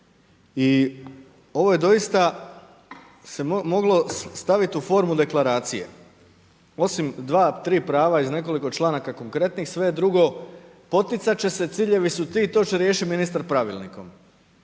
i ovo je doista se moglo stavit u formu deklaracije. Osim dva-tri prava iz nekoliko članaka konkretnih, sve je drugo poticat će se, ciljevi su ti, to će riješit ministar pravilnikom.